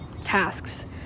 tasks